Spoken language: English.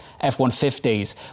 F-150s